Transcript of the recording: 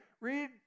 Read